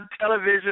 television